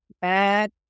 Bad